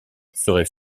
serait